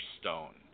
stone